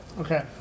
Okay